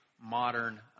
modern